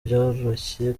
byoroshye